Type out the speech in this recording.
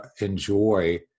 enjoy